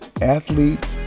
athlete